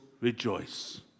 rejoice